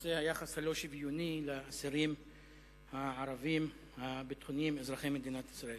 בנושא היחס הלא-שוויוני לאסירים הביטחוניים הערבים אזרחי מדינת ישראל,